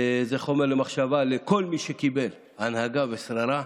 וזה חומר למחשבה לכל מי שקיבל הנהגה ושררה,